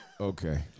Okay